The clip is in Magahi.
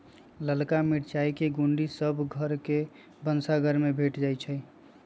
ललका मिरचाई के गुण्डी सभ घर के भनसाघर में भेंट जाइ छइ